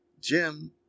Jim